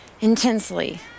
intensely